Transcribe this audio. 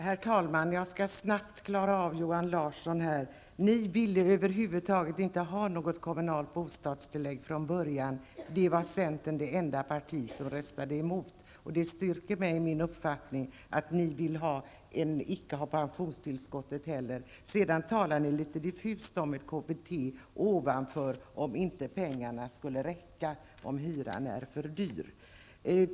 Herr talman! Jag skall snabbt replikera på Roland Larsson. Centern ville från början över huvud taget inte ha något kommunalt bostadstillägg. Centern var det enda parti som röstade emot. Det styrker mig i min uppfattning att centern inte heller vill ha pensionstillskott. Sedan talade centern litet diffust om KBT om pengarna inte skulle räcka, t.ex. om hyran är för dyr.